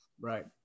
right